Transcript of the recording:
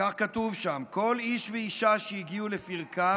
וכך כתוב שם: "כל איש ואישה שהגיעו לפרקם